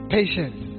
Patience